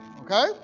okay